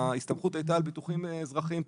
ההסתמכות הייתה על ביטוחים אזרחיים פרטיים.